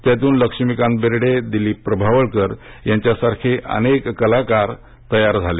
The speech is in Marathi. त्यातून लक्ष्मीकांत बेर्डे दिलीप प्रभावळकर यासारखे अनेक कलाकार तयार झाले